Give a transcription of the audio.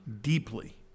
deeply